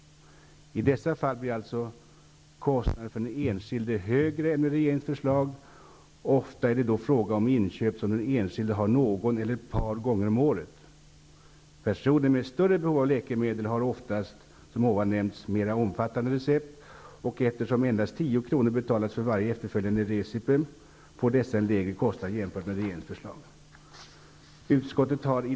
I dessa fall blir alltså kostnaderna för den enskilde högre än med regeringens förslag. Ofta är det då fråga om inköp som den enskilde gör någon eller ett par gånger om året. Personer med större behov av läkemedel har, som nämnts, oftast mer omfattande recept, och eftersom endast 10 kr. betalas för varje efterföljande recipe får dessa en lägre kostnad, jämfört med kostnaden enligt regeringens förslag.